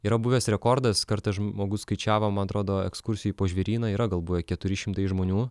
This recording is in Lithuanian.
yra buvęs rekordas kartą žmogus skaičiavo man atrodo ekskursijai po žvėryną yra galbūt keturi šimtai žmonių